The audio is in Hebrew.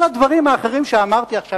כל הדברים האחרים שאמרתי עכשיו,